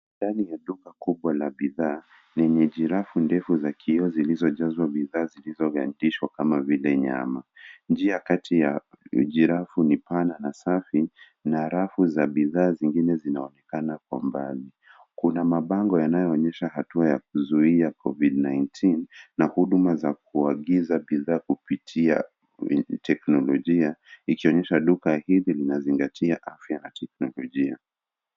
Ndani ya duka kubwa la bidhaa, lenye jirafu ndefu za kioo zilizojazwa bidhaa zilizogandishwa kama vile nyama. Njia kati ya jirafu ni pana na safi na rafu za bidhaa zingine zinaonekana kwa mbali. Kuna mabango yanayoonyesha hatua ya kuzuia COVID-19 na huduma za kuagiza bidhaa kupitia teknolojia, ikionyesha duka hizi zinazingatia afya ya kiteknolojia.